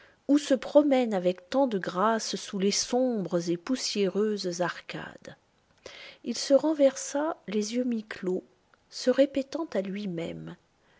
ou se promènent avec tant de grâce sous les sombres et poussiéreuses arcades il se renversa les yeux mi-clos se répétant à lui-même